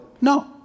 No